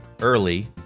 early